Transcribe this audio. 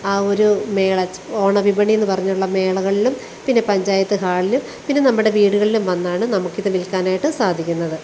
ആ ഒരു ഓണ വിപണിയെന്ന് പറഞ്ഞുള്ള മേളകളിലും പിന്നെ പഞ്ചായത്ത് ഹാളിലും പിന്നെ നമ്മുടെ വീടുകളിലും വന്നാണ് നമുക്കിത് വിൽക്കാനായിട്ട് സാധിക്കുന്നത്